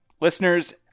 Listeners